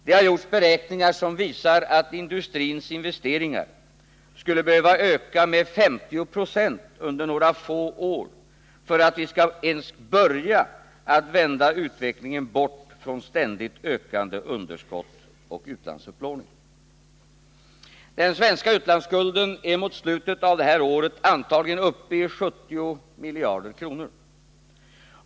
Det har gjorts beräkningar som visar att industrins investeringar skulle behöva öka med 50 96 under några få år för att vi skall kunna börja att vända utvecklingen bort från ständigt ökande underskott och utlandsupplåning. Den svenska utlandsskulden är mot slutet av det här året antagligen uppe i 70 miljarder kronor.